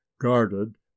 guarded